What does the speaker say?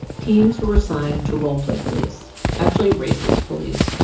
teams who were assigned to role play police actually, racist police,